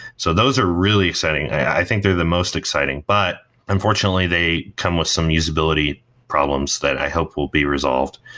so those are really exciting. i think they're the most exciting. but unfortunately, they come with some usability problems that i hope will be resolved.